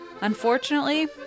Unfortunately